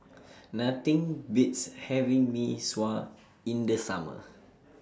Nothing Beats having Mee Sua in The Summer